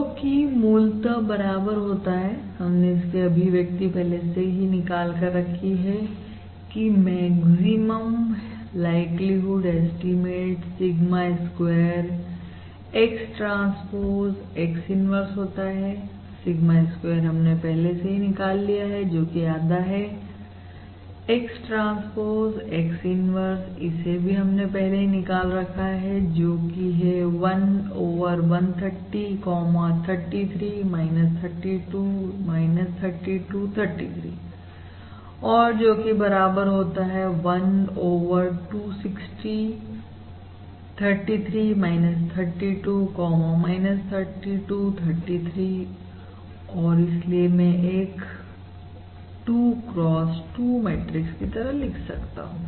जो कि मूलतः बराबर होता है हमने इसकी अभिव्यक्ति पहले से ही निकाल कर रखी है की maximum likelihood estimate sigma square X transpose X inverse होता है सिग्मा स्क्वायर हमने पहले से ही निकाल लिया है जोकि आधा है X ट्रांसपोज X इन्वर्स इसे भी हमने पहले ही निकाल रखा है जो की है 1 ओवर 130 33 32 32 33 और जो कि बराबर होता है 1 ओवर 260 33 32 32 33 और इसलिए मैं इसे एक 2 cross 2 मैट्रिक्स की तरह लिख सकता हूं